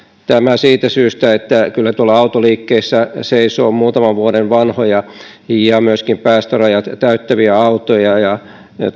tämä siitä syystä että kyllä tuolla autoliikkeissä seisoo muutaman vuoden vanhoja ja myöskin päästörajat täyttäviä autoja ja